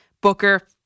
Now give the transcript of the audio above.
Booker